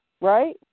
right